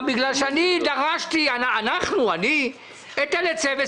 בגלל שאני ואנחנו דרשנו היטל היצף,